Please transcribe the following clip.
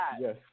Yes